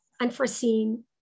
unforeseen